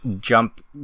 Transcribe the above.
jump